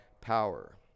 power